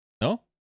No